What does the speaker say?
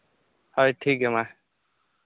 ᱦᱳᱭ ᱴᱷᱤᱠ ᱜᱮᱭᱟ ᱢᱟ